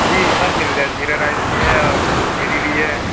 جی سب مِل جائے زیرہ رائس بھی ہے اور کشمیری بھی ہے